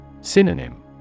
Synonym